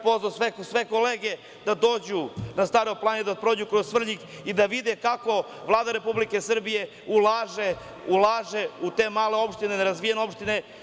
Pozvao bih sve kolege da dođu na Staru Planinu, da prođu kroz Svrljig i da vide kako Vlada Republike Srbije ulaže u te male opštine, nerazvijene opštine.